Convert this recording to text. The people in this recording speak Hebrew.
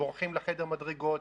בורחים לחדר מדרגות,